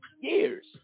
years